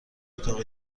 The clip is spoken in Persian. اتاق